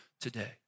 today